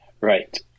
Right